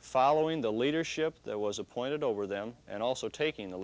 following the leadership that was appointed over them and also taking the